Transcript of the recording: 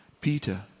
Peter